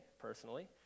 personally